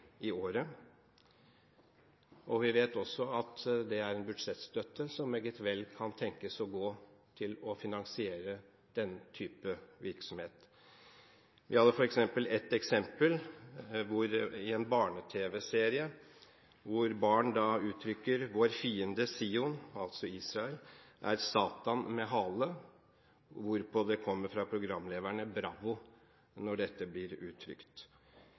i året. Vi vet også at det er en budsjettstøtte som meget vel kan tenkes å gå til å finansiere den type virksomhet. Vi hadde bl.a. et eksempel fra barne-tv, hvor barn uttrykker at deres fiende Sion – altså Israel – er Satan med hale, hvorpå det kommer fra programlederne: bravo. Jeg trenger ikke gå inn på alle disse eksemplene. Dette